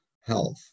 health